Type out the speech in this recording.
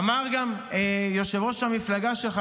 אמר גם יושב-ראש המפלגה שלך,